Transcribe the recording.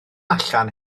allan